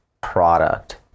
product